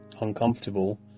uncomfortable